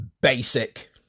basic